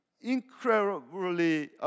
incredibly